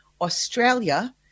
Australia